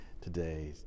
today